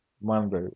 Monday